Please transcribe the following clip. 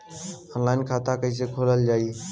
Online खाता कईसे खोलल जाई?